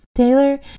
Taylor